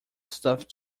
stuff